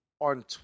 on